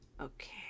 okay